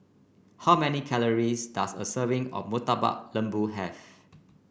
how many calories does a serving of Murtabak Lembu have